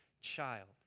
child